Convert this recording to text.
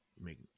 Make